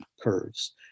curves